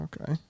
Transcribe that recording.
okay